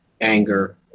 anger